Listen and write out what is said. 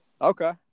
Okay